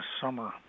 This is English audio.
summer